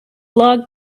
log